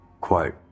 Quote